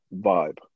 vibe